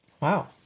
Wow